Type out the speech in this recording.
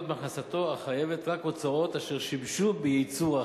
מהכנסתו החייבת רק הוצאות אשר שימשו בייצור ההכנסה,